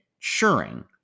ensuring